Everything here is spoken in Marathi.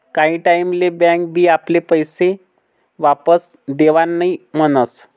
काही टाईम ले बँक बी आपले पैशे वापस देवान नई म्हनस